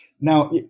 Now